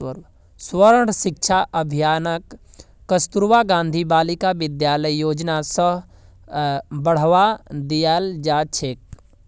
सर्व शिक्षा अभियानक कस्तूरबा गांधी बालिका विद्यालय योजना स बढ़वा दियाल जा छेक